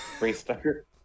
restart